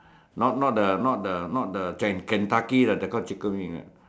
not not the not the not the Ken~ Kentucky that type of chicken wing right